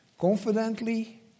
confidently